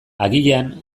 agian